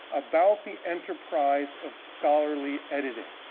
about the enterprise of scholarly editing,